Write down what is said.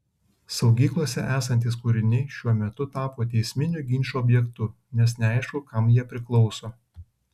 saugyklose esantys kūriniai šiuo metu tapo teisminių ginčų objektu nes neaišku kam jie priklauso